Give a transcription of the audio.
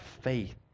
faith